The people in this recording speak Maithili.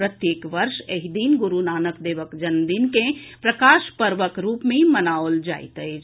प्रत्येक वर्ष एहि दिन गुरूनानक देवक जन्म दिन के प्रकाश पर्वक रूप मे मनाओल जायत अछि